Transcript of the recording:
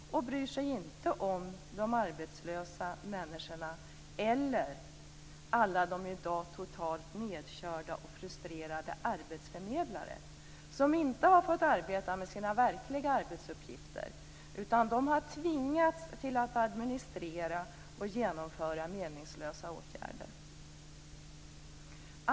Man bryr sig inte om de arbetslösa människorna eller alla de i dag totalt nedkörda och frustrerade arbetsförmedlare som inte har fått arbeta med sina verkliga arbetsuppgifter utan tvingats administrera och genomföra meningslösa åtgärder.